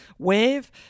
wave